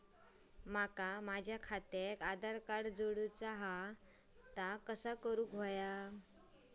माका माझा खात्याक आधार कार्ड जोडूचा हा ता कसा करुचा हा?